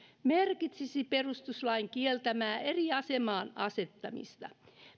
merkitsisi perustuslain kieltämää eri asemaan asettamista